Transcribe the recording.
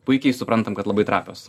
puikiai suprantam kad labai trapios